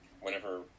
whenever